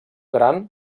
gran